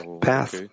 path